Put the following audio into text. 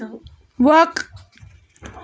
وق